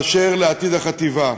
באשר לעתיד החטיבה.